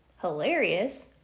hilarious